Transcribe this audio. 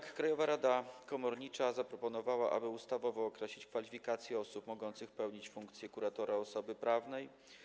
Krajowa Rada Komornicza zaproponowała, aby ustawowo określić kwalifikacje osób mogących pełnić funkcję kuratora osoby prawnej.